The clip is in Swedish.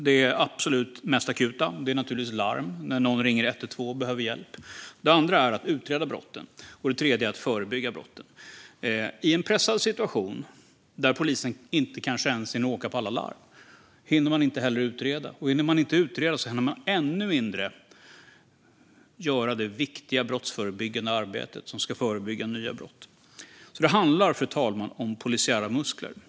Den första är det absolut mest akuta som naturligtvis är larm, alltså när någon ringer 112 och behöver hjälp. Den andra är att utreda brotten, och den tredje är att förebygga brotten. I en pressad situation där polisen kanske inte ens hinner åka på alla larm hinner man inte heller utreda, och hinner man inte utreda hinner man än mindre göra det viktiga brottsförebyggande arbetet. Fru talman! Det handlar alltså om polisiära muskler.